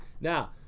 Now